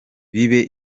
bibe